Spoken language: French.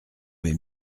vais